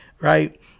right